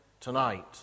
tonight